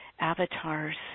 avatars